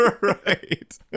right